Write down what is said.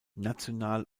national